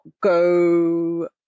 go